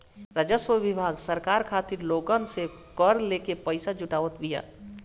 राजस्व विभाग सरकार खातिर लोगन से कर लेके पईसा जुटावत बिया